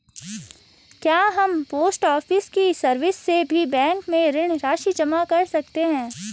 क्या हम post office की सर्विस से भी बैंक में ऋण राशि जमा कर सकते हैं?